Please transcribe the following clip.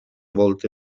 volte